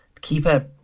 Keeper